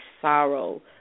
sorrow